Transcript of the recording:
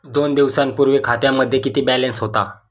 दोन दिवसांपूर्वी खात्यामध्ये किती बॅलन्स होता?